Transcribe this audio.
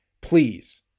Please